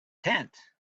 tent